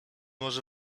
może